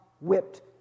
whipped